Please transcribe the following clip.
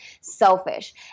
selfish